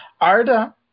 Arda